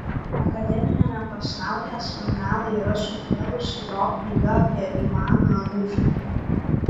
akademiniame pasaulyje skandalą yra sukėlusi jo knyga apie ivaną rūstųjį